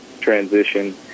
transition